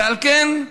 ועל כן,